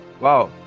Wow